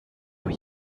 you